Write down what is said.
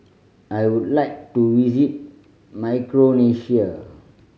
I would like to visit Micronesia